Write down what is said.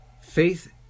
Faith